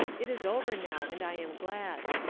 it is over now, and i am glad.